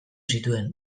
zituen